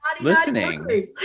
listening